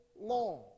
long